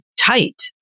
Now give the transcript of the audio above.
tight